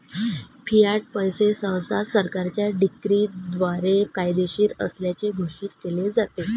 Fiat पैसे सहसा सरकारच्या डिक्रीद्वारे कायदेशीर असल्याचे घोषित केले जाते